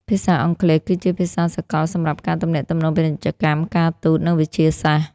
ភាសាអង់គ្លេសគឺជាភាសាសកលសម្រាប់ការទំនាក់ទំនងពាណិជ្ជកម្ម ការទូត និងវិទ្យាសាស្ត្រ។